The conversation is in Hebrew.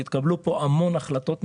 התקבלו פה המון החלטות מצוינות,